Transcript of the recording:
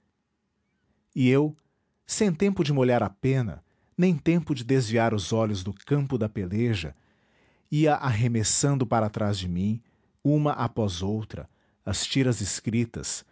e eu sem tempo de molhar a pena nem tempo de desviar os olhos do campo da peleja ia arremessando para trás de mim uma após outra as tiras escritas